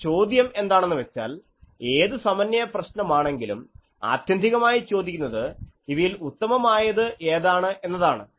ഇനി ചോദ്യം എന്താണെന്നുവെച്ചാൽ ഏത് സമന്വയ പ്രശ്നമാണെങ്കിലും ആത്യന്തികമായി ചോദിക്കുന്നത് ഇവയിൽ ഉത്തമമായത് ഏതാണ് എന്നതാണ്